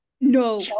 no